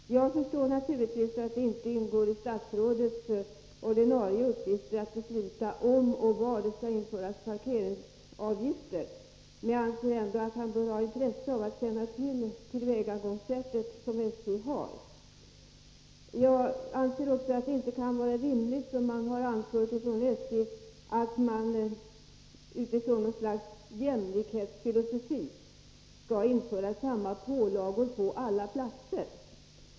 Herr talman! Jag förstår naturligtvis att det inte ingår i statsrådets ordinarie uppgifter att besluta om och var det skall införas parkeringsavgifter, men jag anser ändå att han bör ha intresse av att känna till SJ:s tillvägagångssätt. Det kan inte vara rimligt, som SJ har anfört, att man utifrån något slags jämlikhetsfilosofi skall införa samma pålagor på alla platser.